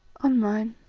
on mine.